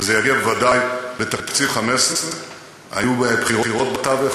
וזה יגיע בוודאי בתקציב 15'. היו בחירות בתווך,